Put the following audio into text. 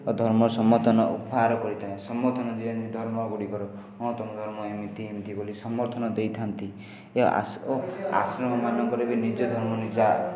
ଓ ଧର୍ମ ସମର୍ଥନ ଉପହାର କରିଥାଏ ସମର୍ଥନ ଦିଅନ୍ତି ଧର୍ମ ଗୁଡ଼ିକର ହଁ ତୁମ ଧର୍ମ ଏମିତି ଏମିତି ବୋଲି ସମର୍ଥନ ଦେଇଥାନ୍ତି ଏହା ଓ ଆଶ୍ରମମାନଙ୍କରେ ବି ନିଜ ଧର୍ମ ନିଜ ଆ